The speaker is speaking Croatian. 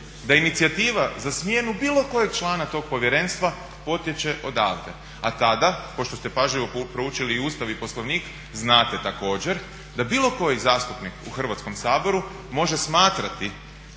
da inicijativa za smjenu bilo kojeg člana tog povjerenstva potjče odavde, a tada pošto ste pažljivo proučili i Ustav i Poslovnik znate također da bilo koji zastupnik u Hrvatskom saboru može smatrati